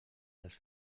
els